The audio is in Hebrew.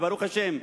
וברוך השם,